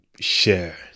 share